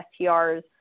STRs